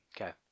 Okay